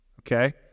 Okay